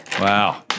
Wow